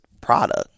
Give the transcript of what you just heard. product